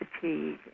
fatigue